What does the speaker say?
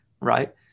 Right